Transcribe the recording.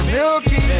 Milky